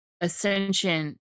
ascension